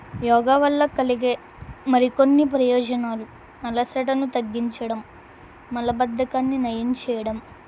యోగా వల్ల కలిగే మరికొన్ని ప్రయోజనాలు అలసటను తగ్గించడం మలబద్ధకాన్ని నయం చేయడం